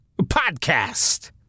podcast